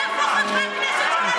איפה הליכודניקים?